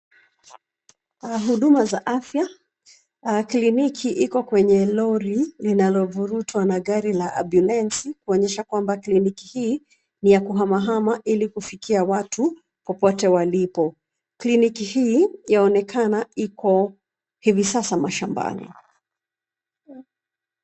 Huduma za afya , kliniki iko kwenye lori linalovurutwa na gari la ambulensi kuonyesha kwamba kliniki hii, ni ya kuhama hama ili kufikia watu popote walipo. Kliniki hii yaonekana iko hivi sasa mashambani.